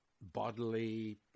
bodily